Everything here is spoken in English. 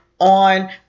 on